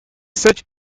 search